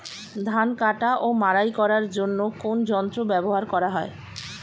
ধান কাটা ও মাড়াই করার জন্য কোন যন্ত্র ব্যবহার করা হয়?